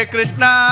Krishna